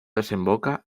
desemboca